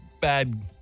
bad